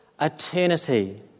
eternity